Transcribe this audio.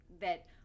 that-